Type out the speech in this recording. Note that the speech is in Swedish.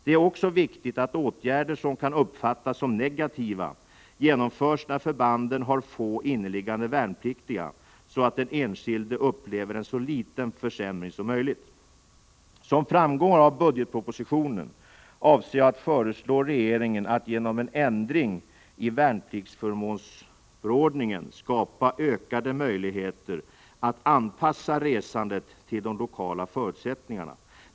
Det är också viktigt att åtgärder som kan uppfattas som negativa genomförs när förbanden har få inneliggande värnpliktiga, så att den enskilde upplever så liten förändring som möjligt. Som framgår av budgetpropositionen avser jag att föreslå regeringen att genom en ändring i värnpliktsförmånsförordningen skapa ökade möjligheter att anpassa resandet till de lokala förutsättningarna.